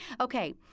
Okay